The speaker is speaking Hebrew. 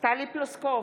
טלי פלוסקוב,